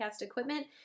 equipment